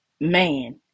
man